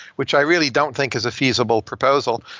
which i really don't think is a feasible proposal.